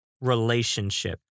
relationship